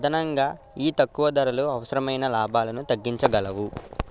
అదనంగా ఈ తక్కువ ధరలు అవసరమైన లాభాలను తగ్గించగలవు